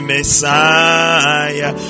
Messiah